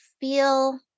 feel